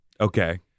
Okay